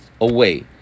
away